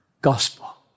gospel